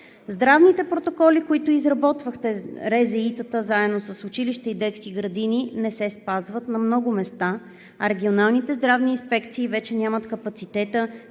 Здравните протоколи, които изработвахте РЗИ-тата заедно с училища и детски градини, не спазват на много места, а регионалните здравни инспекции вече нямат капацитета